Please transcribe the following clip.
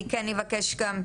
אני כן אבקש גם,